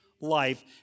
life